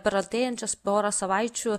per artėjančias porą savaičių